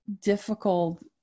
difficult